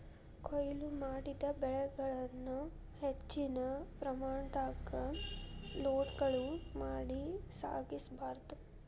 ಕೋಯ್ಲು ಮಾಡಿದ ಬೆಳೆಗಳನ್ನ ಹೆಚ್ಚಿನ ಪ್ರಮಾಣದಾಗ ಲೋಡ್ಗಳು ಮಾಡಿ ಸಾಗಿಸ ಬಾರ್ದು